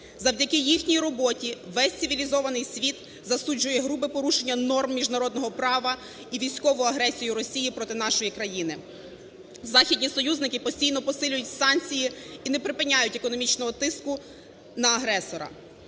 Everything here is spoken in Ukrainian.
Завдяки їхній роботі весь цивілізований світ засуджує грубе порушення норм міжнародного права і військову агресію Росії проти нашої країни. Західні союзники постійно посилюють санкції і не припиняють економічного тиску на агресора.